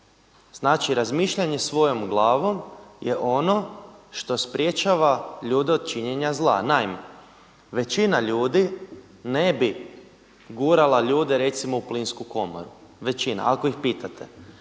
Znači razmišljanje svojom glavom je ono što sprječava ljude od činjenja zla. Naime, većina ljudi ne bi gurala ljude recimo u plinsku komoru, većina ako ih pitate.